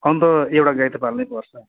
अन्त एउटा गाई त पाल्नै पर्छ